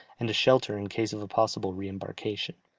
and a shelter in case of a possible re-embarkation.